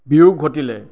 বিয়োগ ঘটিলে